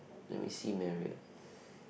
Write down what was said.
let me see Marriot